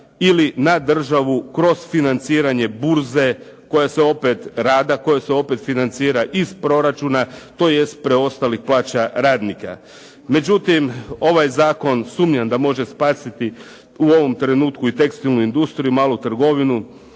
ili na državu kroz financiranje burze koja se opet, rada, koja se opet financira iz proračuna, tj. preostalih plaća radnika. Međutim, ovaj zakon sumnjam da može spasiti u ovom trenutku i tekstilnu industriju, malu trgovinu,